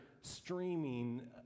streaming